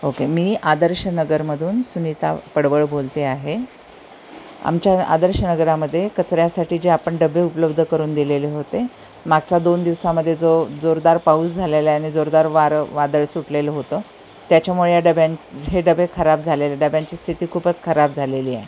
okay मी आदर्श नगरमधून सुनीता पडवळ बोलते आहे आमच्या आदर्श नगरामध्ये कचऱ्यासाठी जे आपण डबे उपलब्ध करून दिलेले होते मागचा दोन दिवसामध्ये जो जोरदार पाऊस झालेला आहे आणि जोरदार वारं वादळ सुटलेलं होतं त्याच्यामुळे या डब्यां हे डबे खराब झालेले डब्यांची स्थिती खूपच खराब झालेली आहे